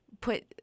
put